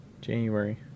January